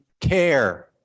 care